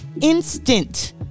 instant